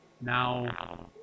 now